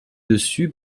dessus